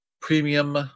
premium